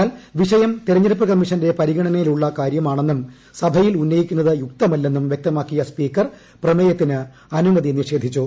എന്നാൽ വിഷയം തെരഞ്ഞെടുപ്പ് കമ്മീഷന്റെ പരിഗണനയിലുള്ള കാര്യമാണെന്നും സഭയിൽ ഉന്നയിക്കുന്നത് യുക്തമല്ലെന്നും വൃക്തമാക്കിയ സ്പീക്കുള്ള പ്രമേയത്തിന് അനുമതി നിഷേധിച്ചു